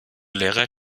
lehrer